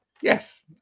Yes